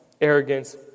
arrogance